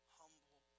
humble